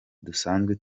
dusanzwe